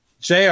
Jr